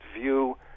view